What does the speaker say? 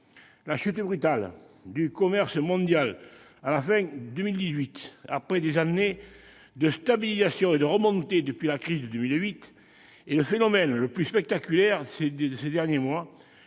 La chute brutale du commerce mondial à la fin de 2018, après des années de stabilisation et de remontée depuis la crise de 2008, est le phénomène le plus spectaculaire de ces derniers mois